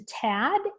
tad